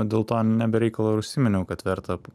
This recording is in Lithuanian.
dėl to ne be reikalo ir užsiminiau kad verta